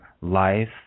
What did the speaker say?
life